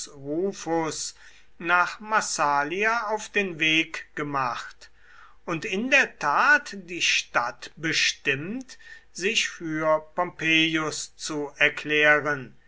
nach massalia auf den weg gemacht und in der tat die stadt bestimmt sich für pompeius zu erklären